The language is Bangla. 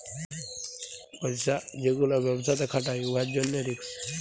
পইসা যে গুলা ব্যবসাতে খাটায় উয়ার জ্যনহে যে রিস্ক